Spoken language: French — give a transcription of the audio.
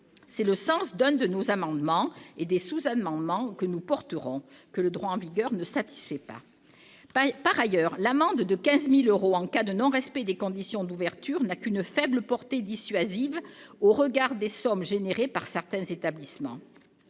C'est le sens de l'un de nos amendements et de plusieurs sous-amendements que nous défendrons. En la matière, le droit en vigueur est insuffisant. Par ailleurs, l'amende de 15 000 euros en cas de non-respect des conditions d'ouverture n'a qu'une faible portée dissuasive au regard des sommes dégagées par certains établissements.